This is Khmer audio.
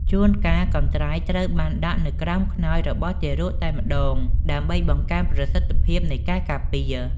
ជួនកាល កន្ត្រៃត្រូវបានដាក់នៅក្រោមខ្នើយរបស់ទារកតែម្តង ដើម្បីបង្កើនប្រសិទ្ធភាពនៃការការពារ។